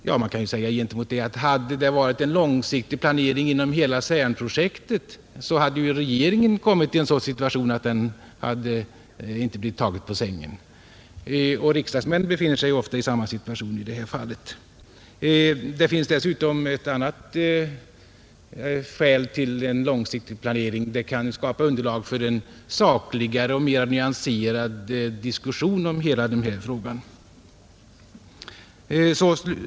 Mot detta kan man invända att om det hade varit en långsiktig planering inom hela CERN-projektet hade regeringen varit i en sådan situation att den inte hade behövt bli tagen på sängen. Riksdagsmän befinner sig ofta i en liknande situation i det här fallet. Det finns dessutom ett annat skäl för en långsiktig planering. Den kan skapa underlag för en sakligare och mera nyanserad diskussion om hela denna fråga.